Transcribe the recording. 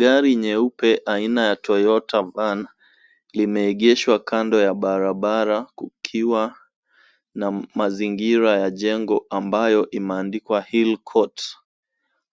Gari nyeupe aina ya Toyota Van limeegeshwa kando ya barabara kukiwa na mazingira ya jengo ambayo imeandikwa Hillcourt.